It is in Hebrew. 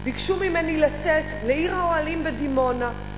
ביקשו ממני לצאת לעיר האוהלים בדימונה.